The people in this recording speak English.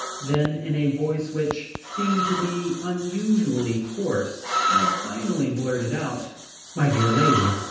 then in a voice which seemed to be unusually coarse i finally blurted out my dear lady,